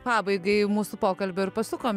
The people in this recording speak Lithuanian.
pabaigai mūsų pokalbio ir pasukom